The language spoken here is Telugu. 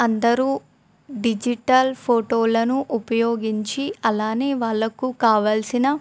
అందరూ డిజిటల్ ఫోటోలను ఉపయోగించి అలాగే వాళ్ళకు కావాల్సిన